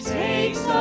takes